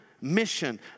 mission